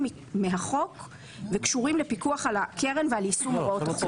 מהחוק וקשורים לפיקוח על הקרן ועל יישום הוראות החוק.